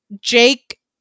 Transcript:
Jake